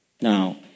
Now